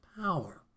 power